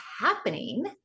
happening